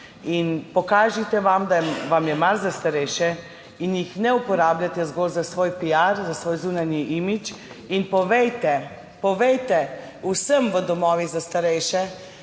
Pokažite vam, da vam je mar za starejše in jih ne uporabljate zgolj za svoj piar, za svoj zunanji imidž. Povejte vsem v domovih za starejše,